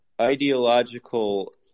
ideological